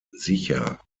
sicher